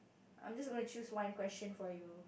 I'm just gonna choose one question for you